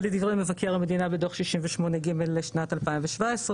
ולדברי מבקר המדינה בדוח 68 ג' לשנת 2017,